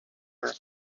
her